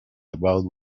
about